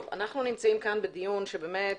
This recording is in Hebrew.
טוב, אנחנו נמצאים כאן בדיון שבאמת,